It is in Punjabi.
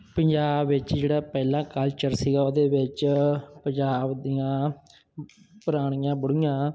ਪੰਜਾਬ ਵਿੱਚ ਜਿਹੜਾ ਪਹਿਲਾਂ ਕਲਚਰ ਸੀਗਾ ਉਹਦੇ ਵਿੱਚ ਪੰਜਾਬ ਦੀਆਂ ਪੁਰਾਣੀਆਂ ਬੁੜੀਆਂ